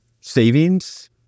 savings